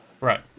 Right